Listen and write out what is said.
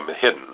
hidden